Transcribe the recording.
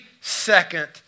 second